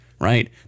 right